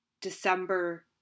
December